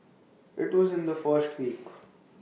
IT was in the first week